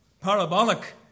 parabolic